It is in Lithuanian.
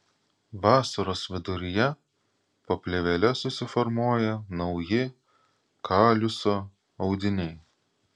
vasaros viduryje po plėvele susiformuoja nauji kaliuso audiniai